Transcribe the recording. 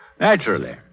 Naturally